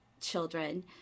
children